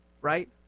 right